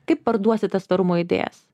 kaip parduosite storumo idėjas